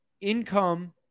income